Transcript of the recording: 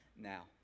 now